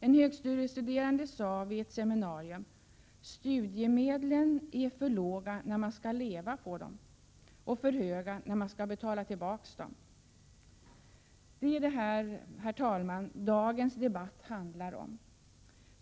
En högskolestuderande sade vid ett seminarium att studiemedlen är för låga när man skall leva på dem och för höga när man skall betala tillbaka dem. Det är detta, herr talman, dagens debatt handlar om.